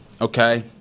okay